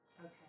Okay